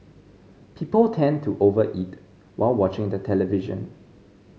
people tend to overeat while watching the television